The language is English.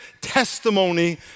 testimony